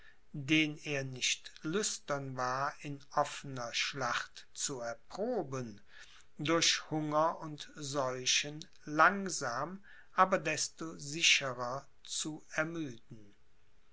den er nicht lüstern war in offener schlacht zu erproben durch hunger und seuchen langsam aber desto sicherer zu ermüden